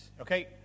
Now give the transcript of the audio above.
Okay